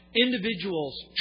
Individuals